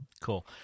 Cool